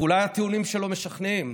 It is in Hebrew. ואולי הטיעונים שלו משכנעים,